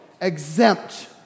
exempt